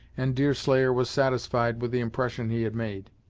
and deerslayer was satisfied with the impression he had made.